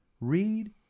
Read